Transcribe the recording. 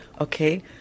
okay